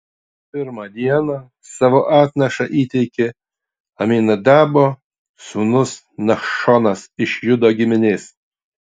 pirmą dieną savo atnašą įteikė aminadabo sūnus nachšonas iš judo giminės